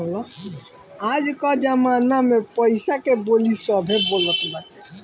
आज कअ जमाना में पईसा के बोली सभे बोलत बाटे